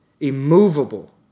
immovable